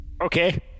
Okay